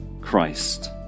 Christ